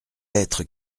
être